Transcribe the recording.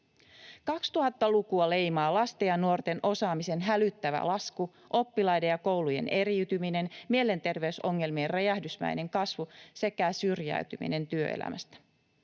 2000‑lukua leimaavat lasten ja nuorten osaamisen hälyttävä lasku, oppilaiden ja koulujen eriytyminen, mielenterveysongelmien räjähdysmäinen kasvu sekä syrjäytyminen työelämästä.